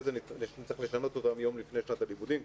כך נצטרך לשנות אותן יום לפני פתיחת שנת הלימודים.